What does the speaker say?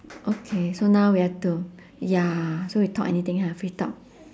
okay so now we have to ya so we talk anything ha free talk